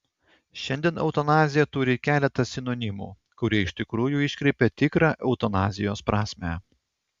šiandien eutanazija turi keletą sinonimų kurie iš tikrųjų iškreipia tikrą eutanazijos prasmę